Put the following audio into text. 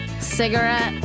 cigarette